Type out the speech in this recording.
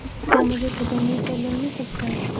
क्या मुझे खतौनी पर लोन मिल सकता है?